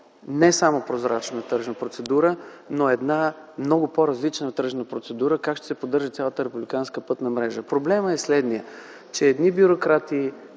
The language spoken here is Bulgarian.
не само прозрачна тръжна процедура, но една много по-различна тръжна процедура как ще се поддържа цялата републиканска пътна мрежа. Проблемът е следният, че едни бюрократи